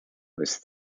was